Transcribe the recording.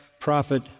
Prophet